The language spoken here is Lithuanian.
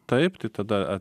taip tai tada a